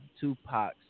Tupac